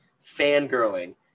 fangirling